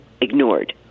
ignored